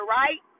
right